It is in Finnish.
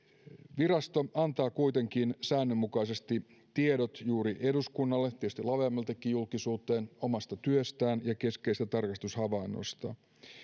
virasto antaa kuitenkin säännönmukaisesti tiedot juuri eduskunnalle ja tietysti laveammaltikin julkisuuteen omasta työstään ja keskeisistä tarkastushavainnoistaan valtionta